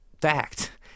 fact